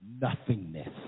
nothingness